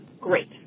Great